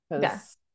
Yes